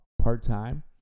part-time